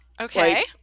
Okay